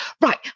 right